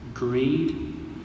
Greed